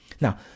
Now